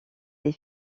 des